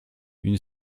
une